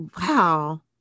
Wow